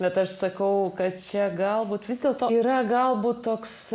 bet aš sakau kad čia galbūt vis dėlto yra galbūt toks